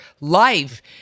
life